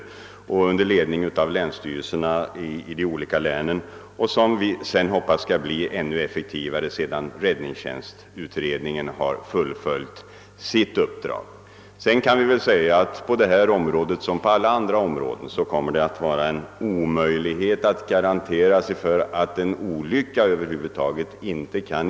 Detta arbete sker under ledning av länsstyrelserna i de olika länen. Vi hoppas att denna beredskap skall kunna bli ännu effektivare sedan räddningstjänstutredningen har = fullgjort sitt uppdrag. Därutöver kan sägas att det på detta >mråde liksom på alla andra områden ir omöjligt att gardera sig för olyckor.